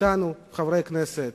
אתנו חברי הכנסת,